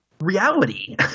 reality